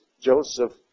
Joseph